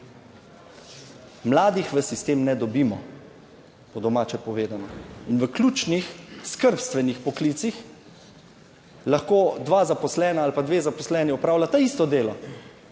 Mladih v sistem ne dobimo, po domače povedano in v ključnih skrbstvenih poklicih lahko dva zaposlena ali pa dve zaposleni opravljata isto delo,